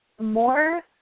more